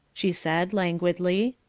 she said, languidly.